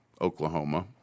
Oklahoma